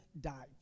died